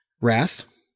Wrath